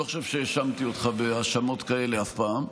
אני לא חושב שהאשמתי אותך בהאשמות כאלה אף פעם.